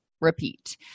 repeat